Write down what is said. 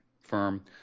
firm